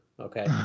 Okay